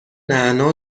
نعنا